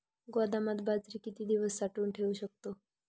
गोदामात बाजरी किती दिवस साठवून ठेवू शकतो?